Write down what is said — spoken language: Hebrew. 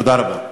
תודה רבה.